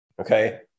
okay